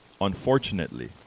unfortunately